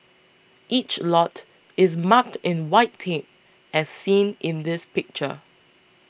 each lot is marked in white tape as seen in this picture